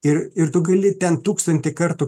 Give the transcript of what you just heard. ir ir tu gali ten tūkstantį kartų